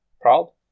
Proud